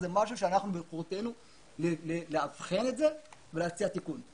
זה משהו שביכולתנו לאבחן את זה ולהציע תיקון.